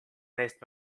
neist